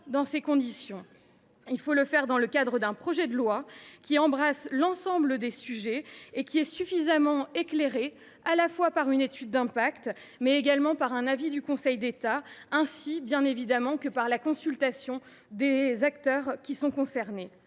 dans ces conditions. Il faut le faire dans le cadre d’un projet de loi embrassant l’ensemble des sujets et suffisamment éclairé par une étude d’impact, mais également par un avis du Conseil d’État, ainsi que, bien évidemment, par la consultation de tous les acteurs concernés.